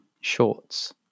shorts